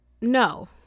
no